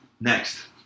Next